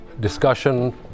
discussion